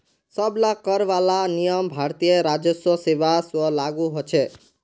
सब ला कर वाला नियम भारतीय राजस्व सेवा स्व लागू होछे